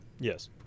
yes